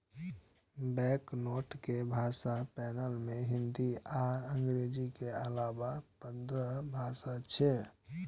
banknote के भाषा panel मे हिंदी आ अंग्रेजी के अलाना पंद्रह भाषा छै